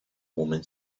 woman